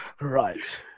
Right